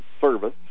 service